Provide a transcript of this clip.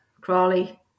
Crawley